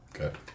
Okay